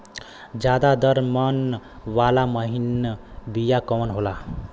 ज्यादा दर मन वाला महीन बिया कवन होला?